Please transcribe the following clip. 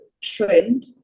trend